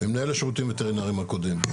ממנהל השירותים הווטרינריים הקודם,